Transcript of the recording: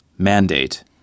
Mandate